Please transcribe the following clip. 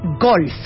Golf